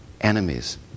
enemies